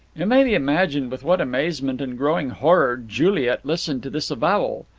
it may be imagined with what amazement and growing horror juliet listened to this avowal.